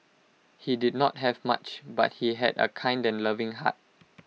he did not have much but he had A kind and loving heart